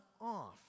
off